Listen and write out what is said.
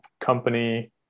company